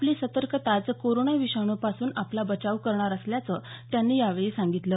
आपली सतर्कताच कोरोना विषाणूपासून आपला बचाव करणार असल्याचं त्यांनी यावेळी सांगितलं